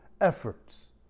efforts